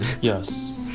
Yes